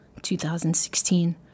2016